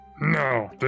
No